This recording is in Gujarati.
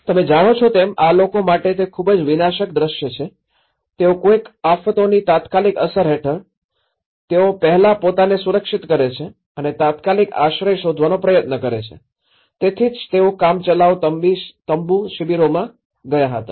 તમે જાણો છો તેમ આ લોકો માટે તે ખૂબ જ વિનાશક દ્રશ્ય છે તેઓ કોઈક આફતોની તાત્કાલિક અસર હેઠળ તેઓ પહેલા પોતાને સુરક્ષિત કરે છે અને તાત્કાલિક આશ્રય શોધવાનો પ્રયત્ન કરે છે તેથી જ તેઓ કામચલાઉ તંબુ શિબિરોમાં ગયા હતા